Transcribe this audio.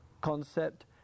concept